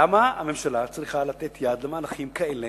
למה הממשלה צריכה לתת יד למהלכים כאלה,